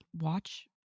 watch